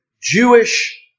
Jewish